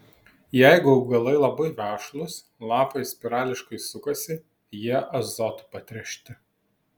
jeigu augalai labai vešlūs lapai spirališkai sukasi jie azotu patręšti